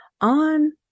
on